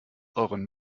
euren